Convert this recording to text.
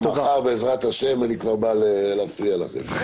מחר בעזרת השם אני כבר בא להפריע לכם.